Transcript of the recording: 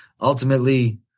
ultimately